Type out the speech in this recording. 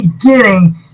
beginning